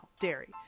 Dairy